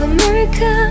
America